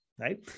right